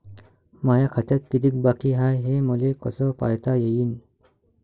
माया खात्यात कितीक बाकी हाय, हे मले कस पायता येईन?